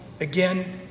Again